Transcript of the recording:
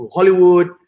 Hollywood